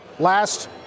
last